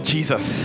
Jesus